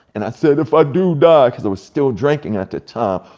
and i said, if i do die, cause i was still drinking at the time,